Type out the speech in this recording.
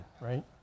right